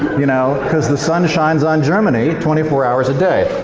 you know, cause the sun shines on germany twenty four hours a day!